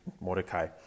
Mordecai